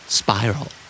spiral